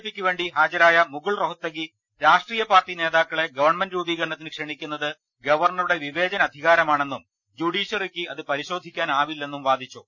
P ക്ക് വേണ്ടി ഹാജരായ മുകുൾ റോഹ്ത്തകി രാഷ്ട്രീയ പാർട്ടി നേതാക്കളെ ഗവൺമെന്റ് രൂപീകരണ ത്തിന് ക്ഷണിക്കുന്നത് ഗവർണറുടെ വിവേചനാധികാരമാണെന്നും ജുഡീഷ്യറിക്ക് അത് പരിശോധിക്കാനാവില്ലെന്നും വാദിച്ചു